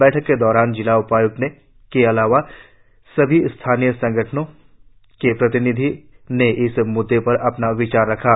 बैठक के दौरान जिला उपाय्क्त के अलावा सभी स्थानीय संगठनों के प्रतिनिधियों ने इस म्द्दे पर अपना विचार रखा